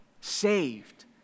saved